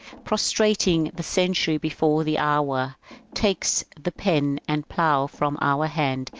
prostrating the century before the hour takes the pen and plough from our hand,